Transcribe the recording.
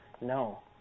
No